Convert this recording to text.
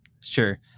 Sure